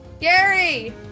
Gary